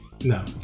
No